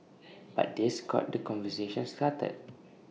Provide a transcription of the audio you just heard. but this got the conversation started